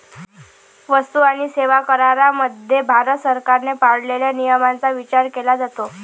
वस्तू आणि सेवा करामध्ये भारत सरकारने पाळलेल्या नियमांचा विचार केला जातो